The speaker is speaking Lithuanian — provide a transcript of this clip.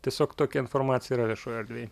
tiesiog tokia informacija yra viešoj erdvėj